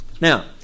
Now